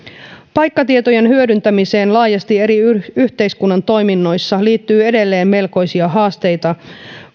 paikkatietojen hyödyntämiseen laajasti eri yhteiskunnan toiminnoissa liittyy edelleen melkoisia haasteita